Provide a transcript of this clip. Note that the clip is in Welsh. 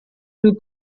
nhw